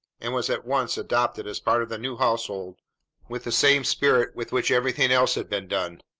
and was at once adopted as part of the new household with the same spirit with which everything else had been done.